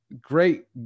great –